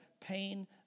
pain